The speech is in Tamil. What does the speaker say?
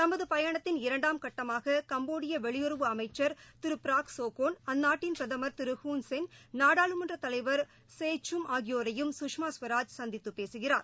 தமது பயணத்தின் இரண்டாம் கட்டமாக கம்போடிய வெளியுறவு அமைச்சர் திரு ப்ராக் சோக்கோள் அந்நாட்டின் பிரதமா் திரு ஹுன்சென் நாடாளுமன்றத் தலைவா் சே சூம் ஆகியோரையும் குஷ்மா ஸ்வராஜ் சந்தித்து பேசுகிறார்